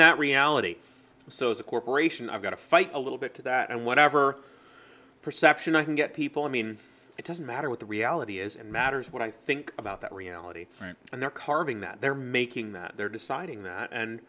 that reality so as a corporation i've got to fight a little bit to that and whatever perception i can get people i mean it doesn't matter what the reality is and matters what i think about that reality and their carving that they're making that they're deciding that and